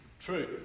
True